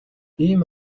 ийм